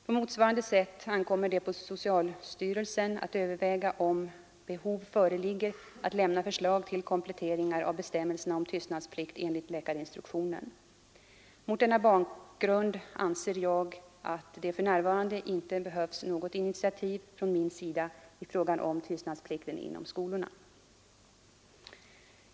På motsvarande sätt ankommer det på socialstyrelsen att överväga om behov föreligger att lämna förslag till kompletteringar av bestämmelserna om tystnadsplikt enligt läkarinstruktionen. Mot denna bakgrund anser jag att det för närvarande inte behövs något initiativ från min sida i fråga om tystnadsplikten inom skolorna.